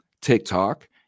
TikTok